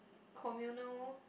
communal